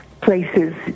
places